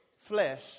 flesh